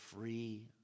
free